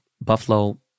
Buffalo